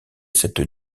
cette